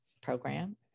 program